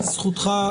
אדוני, זכותך.